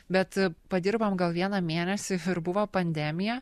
bet padirbom gal vieną mėnesį ir buvo pandemija